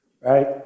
right